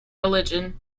religion